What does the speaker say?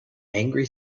angry